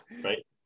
right